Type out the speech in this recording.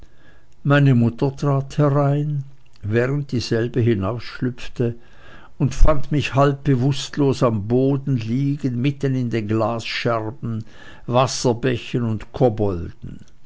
meine mutter trat herein während dieselbe hinausschlüpfte und fand mich halb bewußtlos am boden liegen mitten in den glasscherben wasserbächen und kobolden